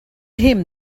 him